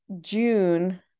June